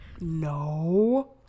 No